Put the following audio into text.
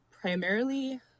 primarily